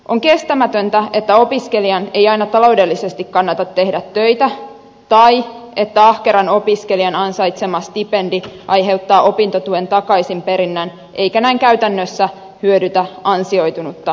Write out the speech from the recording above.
on kestämätöntä että opiskelijan ei aina taloudellisesti kannata tehdä töitä tai että ahkeran opiskelijan ansaitsema stipendi aiheuttaa opintotuen takaisinperinnän eikä näin käytännössä hyödytä ansioitunutta opiskelijaa